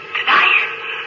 Tonight